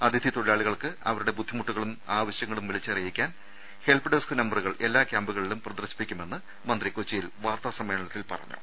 അതിഥി തൊഴിലാളികൾക്ക് അവരുടെ ബുദ്ധിമുട്ടുകളും ആവശ്യങ്ങളും വിളിച്ചറിയിക്കാൻ ഹെൽപ് ഡെസ്ക് നമ്പറുകൾ എല്ലാ ക്യാംപുകളിലും പ്രദർശിപ്പിക്കുമെന്നു മന്ത്രി കൊച്ചിയിൽ വാർത്താ സമ്മേളനത്തിൽ പറഞ്ഞു